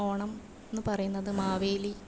ഓണം എന്ന് പറയുന്നത് മാവേലി